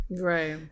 Right